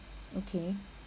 okay